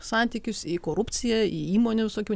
santykius į korupciją į įmonių visokių